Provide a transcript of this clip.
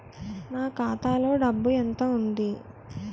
నా ఖాతాలో డబ్బు ఎంత ఉంది?